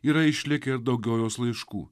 yra išlikę daugiau jos laiškų